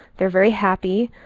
they're very happy.